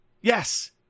Yes